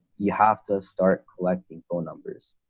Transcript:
you have to start collecting phone numbers.